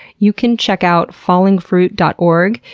you can check out fallingfruit dot org,